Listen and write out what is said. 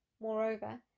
Moreover